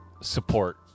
support